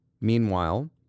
Meanwhile